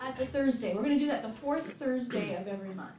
i think thursday we're going to do that before thursday of every month